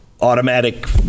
automatic